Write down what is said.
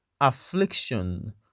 affliction